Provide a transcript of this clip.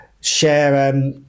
Share